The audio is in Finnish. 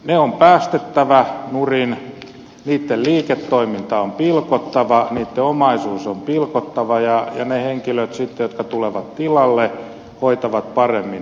ne on päästettävä nurin niitten liiketoiminta on pilkottava niitten omaisuus on pilkottava ja ne henkilöt sitten jotka tulevat tilalle hoitavat paremmin